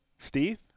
Steve